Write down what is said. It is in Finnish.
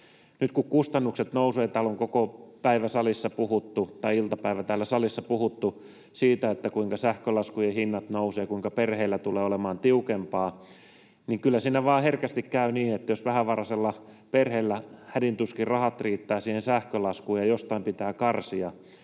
Nyt kun kustannukset nousevat — täällä salissa on koko iltapäivä puhuttu, kuinka sähkölaskujen hinnat nousevat ja kuinka perheillä tulee olemaan tiukempaa — niin kyllä siinä vaan herkästi käy niin, että jos vähävaraisella perheellä hädin tuskin rahat riittävät siihen sähkölaskuun ja jostain pitää karsia,